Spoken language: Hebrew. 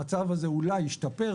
המצב הזה אולי ישתפר,